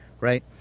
right